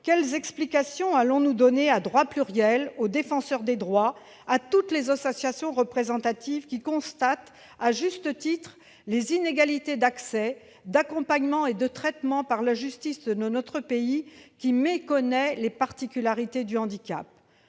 quelle explication allons-nous donner à Droit pluriel, au Défenseur des droits et à toutes les associations représentatives qui constatent, à juste titre, les inégalités d'accès, d'accompagnement et de traitement par la justice de notre pays, qui méconnaît les particularités du handicap ?